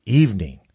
evening